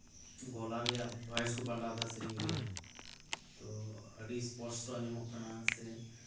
ᱱᱟᱹᱰᱨᱤ ᱨᱮᱭᱟᱜ ᱵᱷᱚᱭᱮᱥ ᱠᱚ ᱵᱚᱫᱚᱞ ᱮᱫᱟ ᱥᱮᱨᱮᱧ ᱨᱮᱭᱟᱜ ᱛᱳ ᱟᱹᱰᱤ ᱵᱟᱝ ᱯᱩᱥᱴᱟᱹᱣ ᱟᱸᱡᱚᱢᱚᱜ ᱠᱟᱱᱟ ᱥᱮ